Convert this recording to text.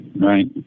right